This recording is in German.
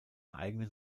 eigenen